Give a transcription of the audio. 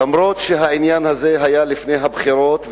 אף-על-פי שהעניין הזה היה לפני הבחירות,